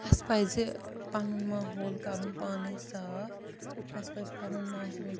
اسہِ پَزِ پَنُن ماحول کَرُن پانٔے صاف اسہِ پَزِ پَنُن ماحوٗل